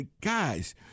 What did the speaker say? Guys